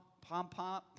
pom-pom